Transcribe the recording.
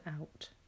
out